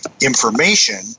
information